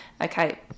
Okay